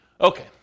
Okay